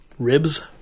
ribs